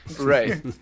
right